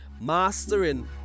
mastering